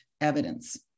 evidence